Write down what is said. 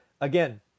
Again